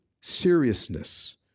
seriousness